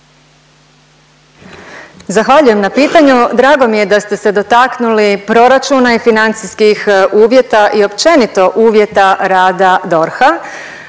Zahvaljujem na pitanju. Drago mi je da ste se dotaknuli proračuna i financijskih uvjeta i općenito uvjeta rada DORH-a,